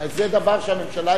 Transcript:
אתה יכול לעלות.